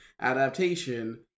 adaptation